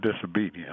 disobedience